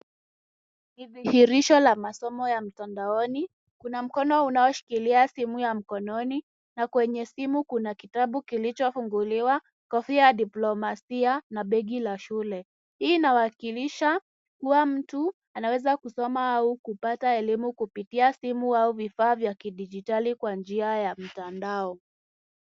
Ni dhihirisho la masomo ya mtandaoni. Kuna mkono ukishikilia simu ya mkononi na kwenye simu kuna kitabu kilichofunguliwa, kofia ya diplomasia na begi la shule. Hii inawakilisha kuwa mtu anaweza kusoma au kupata elimu kupitia simu au kupitia vifaa vya kidijitali kwa njia ya mtandao.